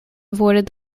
avoided